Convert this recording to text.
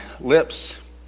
lips